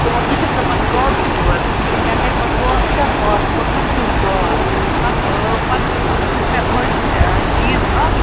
تٕمو تُجٕکھ نہٕ پت کالٕے تور مےٚ کَرٕ تٕمن پانٛژھ شےٚ کال تمو تُجکھٕے نہٕ کال پتہٕ پتہٕ چھِ سٕہ چھِ مےٚ گۄڈنیُک چیٖز اکھ